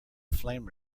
flame